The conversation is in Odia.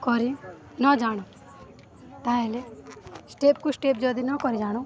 କରି ନ ଜାଣୁ ତାହେଲେ ଷ୍ଟେପ୍କୁ ଷ୍ଟେପ୍ ଯଦି ନ କରି ଜାଣୁ